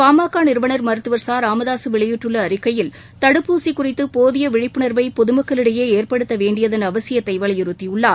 பாமக நிறுவனர் மருத்துவர் ச ராமதாசு வெளியிட்டுள்ள அறிக்கையில் தடுப்பூசி குறித்து போதிய விழிப்புணர்வை பொதுமக்களிடையே ஏற்படுத்தவேண்டியதன் அவசியத்தை வலியுறுத்தியுள்ளார்